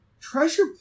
Treasure